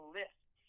lists